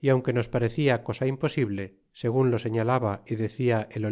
y aunque nos parecia cosa imposible segun lo señalaba y decia el